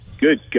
good